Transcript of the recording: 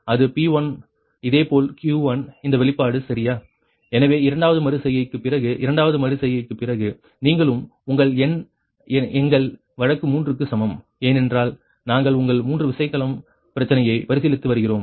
P1k1nV1Vk|Y1k|cos θ1k 1k Q1k1nV1Vk|Y1k|sin θ1k 1k எனவே இரண்டாவது மறு செய்கைக்குப் பிறகு இரண்டாவது மறு செய்கைக்குப் பிறகு நீங்களும் உங்கள் n எங்கள் வழக்குக்கு 3 க்கு சமம் ஏனென்றால் நாங்கள் உங்கள் மூன்று விசைக்கலம்ப் பிரச்சினையை பரிசீலித்து வருகிறோம்